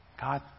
God